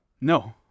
No